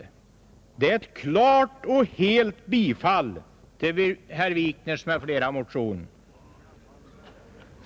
Reservationen innebär ett klart och helt bifall till herr Wikners m.fl. motion.